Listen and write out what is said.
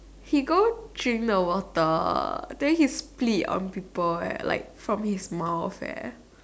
he goes drink the water then he spits on people eh like from his mouth eh